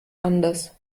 anders